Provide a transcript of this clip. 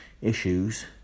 issues